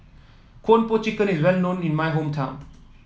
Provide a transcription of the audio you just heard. Kung Po Chicken is well known in my hometown